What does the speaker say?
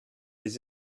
les